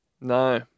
No